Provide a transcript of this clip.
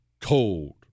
cold